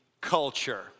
culture